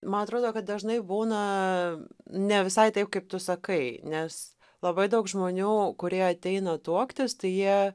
man atrodo kad dažnai būna ne visai taip kaip tu sakai nes labai daug žmonių kurie ateina tuoktis tai jie